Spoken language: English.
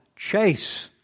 Chase